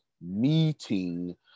meeting